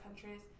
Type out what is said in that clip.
countries